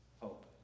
Hope